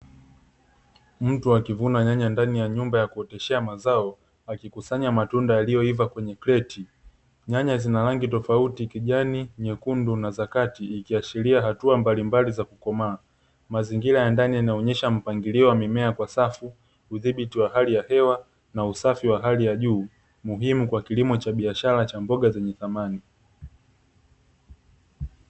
Mtu akivuna nyanya ndani ya nyumba ya kuoteshea mazao akikusanya matunda yalioyoiva kwenye kreti, nyanya zina rangi tofauti kijani, nyekundu na za kaki ikiashiria hatua mbalimbali za kukomaa, mazingira ya ndani yanaonyesha mpangilio wa mimea kwa safu, udhibiti wa hali ya hewa na usafi wa hali ya juu muhimu kwa kilimo cha biashara cha mboga zenye thamani.